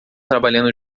trabalhando